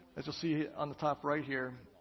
as you'll see on the top right here,